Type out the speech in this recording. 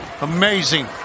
Amazing